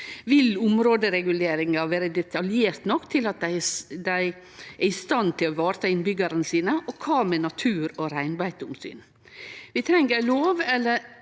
Vil områdereguleringa vere detaljert nok til at dei er i stand til å vareta innbyggjarane sine? Og kva med natur- og reinbeiteomsyn? Vi treng ei lov eller